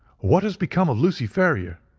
what has become of lucy ferrier